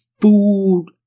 food